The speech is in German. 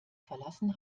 verlassen